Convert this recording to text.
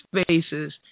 spaces